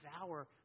devour